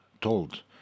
told